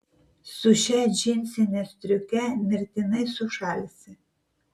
su šia džinsine striuke mirtinai sušalsi